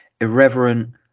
irreverent